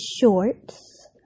shorts